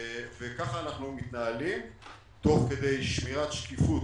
וכך אנחנו מתנהלים תוך כדי שמירת שקיפות